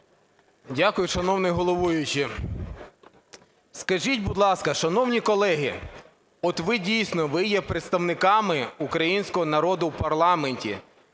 Дякую, шановний головуючий. Скажіть, будь ласка, шановні колеги… От ви дійсно, ви є представниками українського народу в парламенті,